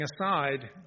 aside